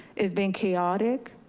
it's being chaotic,